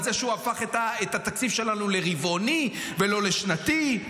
על זה שהוא הפך את התקציב שלנו לרבעוני ולא לשנתי.